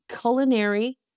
culinary